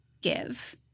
give